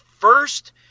first